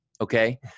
okay